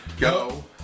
go